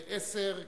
התשע"א 2010,